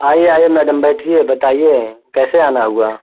आइए आइए मैडम बैठिए बताइए कैसे आना हुआ